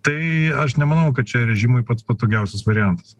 tai aš nemanau kad čia režimui pats patogiausias variantas